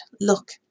Look